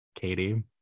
Katie